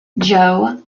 joe